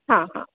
हां हां